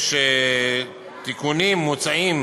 מוצעים